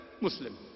Muslim